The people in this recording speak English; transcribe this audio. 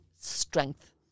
strength